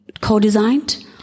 co-designed